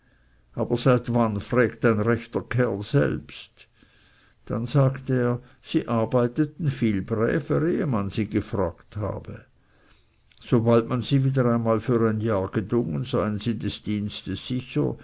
aber seit wann frägt ein rechter knecht selbst dann sagt er sie arbeiteten viel bräver ehe man sie gefragt habe sobald man sie einmal wieder für ein jahr gedungen sie des dienstes sicher